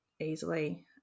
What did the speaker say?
easily